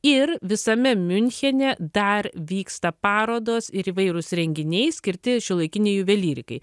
ir visame miunchene dar vyksta parodos ir įvairūs renginiai skirti šiuolaikinei juvelyrikai